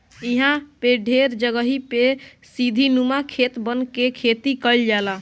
इहां पे ढेर जगही पे सीढ़ीनुमा खेत बना के खेती कईल जाला